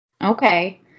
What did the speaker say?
Okay